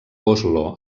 oslo